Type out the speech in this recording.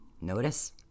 Notice